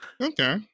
Okay